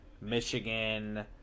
Michigan